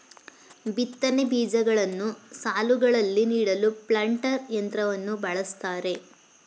ಬಿತ್ತನೆ ಬೀಜಗಳನ್ನು ಸಾಲುಗಳಲ್ಲಿ ನೀಡಲು ಪ್ಲಾಂಟರ್ ಯಂತ್ರವನ್ನು ಬಳ್ಸತ್ತರೆ